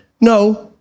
no